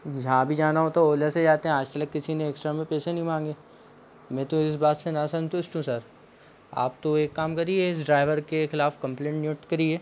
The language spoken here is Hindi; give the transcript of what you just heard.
जहाँ भी जाना होता है ओला से जाते हैं आज तलक किसी ने एक्स्ट्रा हमें पैसे नहीं माँगे में तो इस बात से नासंतुष्ट हूँ सर आप तो एक काम करिए इस ड्राइवर के खिलाफ़ कम्प्लेन नोट करिए